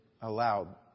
allowed